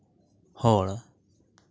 ᱦᱚᱲ